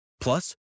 Plus